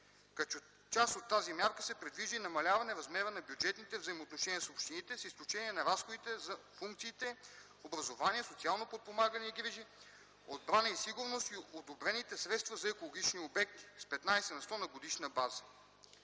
Като част от тази мярка се предвижда и намаляване размера на бюджетните взаимоотношения с общините с изключение на разходите за функциите образование, социално подпомагане и грижи, отбрана и сигурност и одобрените средства за екологични обекти с 15 на сто на годишна база.